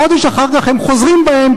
חודש אחר כך הם חוזרים בהם,